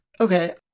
Okay